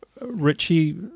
Richie